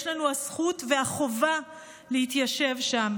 ויש לנו הזכות והחובה להתיישב שם.